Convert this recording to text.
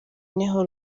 niho